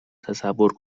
تصور